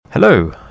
Hello